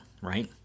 Right